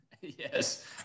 Yes